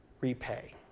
repay